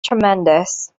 tremendous